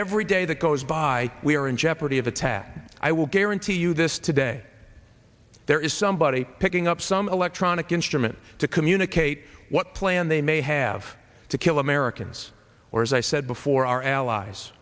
every day that goes by we are in jeopardy of attack i will guarantee you this today there is somebody picking up some electronic instrument to communicate what plan they may have to kill americans or as i said before our allies